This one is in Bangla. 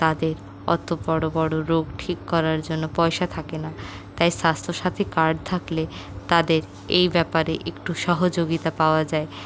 তাদের অত বড়ো বড়ো রোগ ঠিক করার জন্য পয়সা থাকে না তাই স্বাস্থ্যসাথী কার্ড থাকলে তাদের এই ব্যাপারে একটু সহযোগিতা পাওয়া যায়